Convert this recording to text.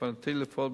ובכוונתי לפעול,